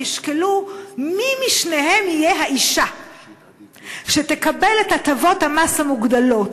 וישקלו מי משניהם יהיה האישה שתקבל את הטבות המס המוגדלות.